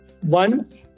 One